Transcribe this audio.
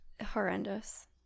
horrendous